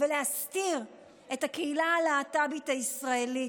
ולהסתיר את הקהילה הלהט"בית הישראלית,